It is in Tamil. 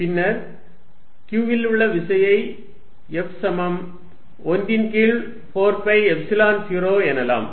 பின்னர் q இல் உள்ள விசையை F சமம் 1 ன் கீழ் 4 பை எப்சிலன் 0 எனலாம்